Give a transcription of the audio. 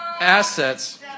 Assets